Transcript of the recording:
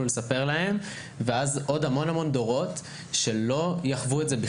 לספר להם ואחר כך עוד המון דורות שכלל לא יחוו את זה.